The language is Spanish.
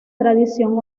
tradición